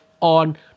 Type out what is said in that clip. on